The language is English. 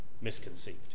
misconceived